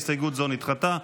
הסתייגות 34 נדחתה.